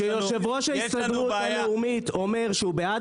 כשיושב-ראש ההסתדרות הלאומית אומר שהוא בעד